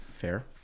fair